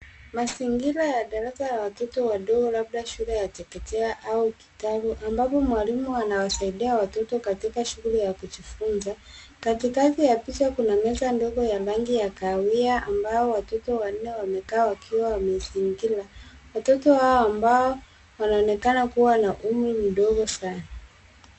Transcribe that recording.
Mazingira ya darasa la watoto wadogo, labda shule ya chekechea au kitalu, ambapo mwalimu anawasaidia watoto katika shule ya kujifunza, katikati ya picha kuna meza ndogo ya rangi ya kahawia ambayo watoto wanne wamekaa wakiwa wameizingira. Watoto hao ambao wanonekanakuwa na umri mdogo sana.